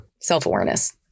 Self-awareness